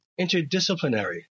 interdisciplinary